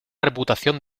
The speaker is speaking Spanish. reputación